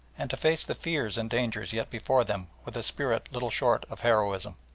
and to face the fears and dangers yet before them with a spirit little short of heroism.